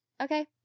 okay